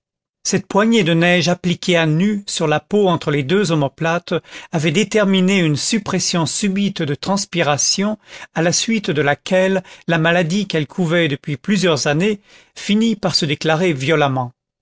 cette poignée de neige appliquée à nu sur la peau entre les deux omoplates avait déterminé une suppression subite de transpiration à la suite de laquelle la maladie qu'elle couvait depuis plusieurs années finit par se déclarer violemment